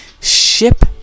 ship